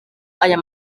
aya